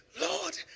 Lord